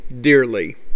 dearly